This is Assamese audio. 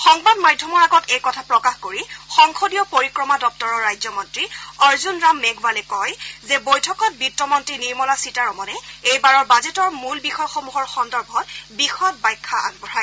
সংবাদ মাধ্যমৰ আগত এই কথা প্ৰকাশ কৰি সংসদীয় পৰিক্ৰমা দপ্তৰৰ ৰাজ্যমন্ত্ৰী অৰ্জুন ৰাম মেঘৰালে কয় যে বৈঠকত বিত্তমন্তী নিৰ্মলা সীতাৰমনে এইবাৰৰ বাজেটৰ মূল বিষয়সমূহৰ সন্দৰ্ভত বিশদ ব্যাখ্যা আগবঢ়ায়